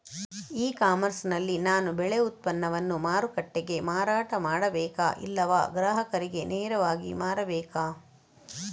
E commerce ನಲ್ಲಿ ನಾನು ಬೆಳೆ ಉತ್ಪನ್ನವನ್ನು ಮಾರುಕಟ್ಟೆಗೆ ಮಾರಾಟ ಮಾಡಬೇಕಾ ಇಲ್ಲವಾ ಗ್ರಾಹಕರಿಗೆ ನೇರವಾಗಿ ಮಾರಬೇಕಾ?